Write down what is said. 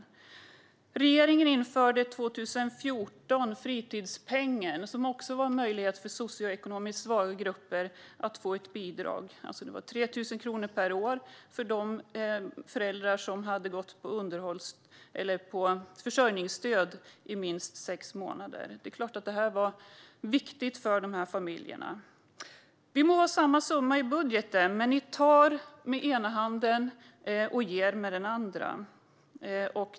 Alliansregeringen införde 2014 fritidspengen som också var en möjlighet för socioekonomiskt svaga grupper att få ett bidrag. Det handlade om 3 000 kronor per år till de föräldrar som hade gått på försörjningsstöd i minst sex månader. Det är klart att bidraget var viktigt för dessa familjer. Vi må ha samma summa i budgeten, men ni tar med ena handen och ger med den andra.